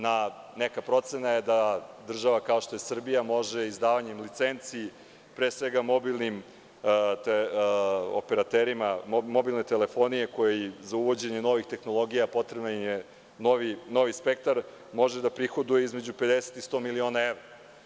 Neka procena je da država, kao što je Srbija može izdavanjem licenci, pre svega operaterima mobilne telefonije kojima je za uvođenje novih tehnologija potreban novi spektar, može da prihoduje između 50 i 100 miliona evra.